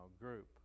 group